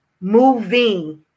moving